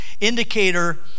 indicator